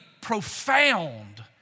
profound